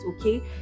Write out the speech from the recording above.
okay